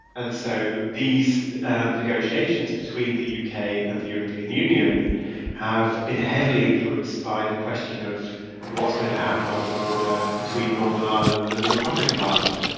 and so these um negotiations between the u k. and the european union have been heavily influenced by the question of what's going to happen on the border between northern ireland and the republic of ireland.